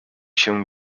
się